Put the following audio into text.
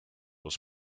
was